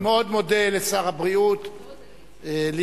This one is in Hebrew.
אני מאוד מודה לשר הבריאות ליצמן.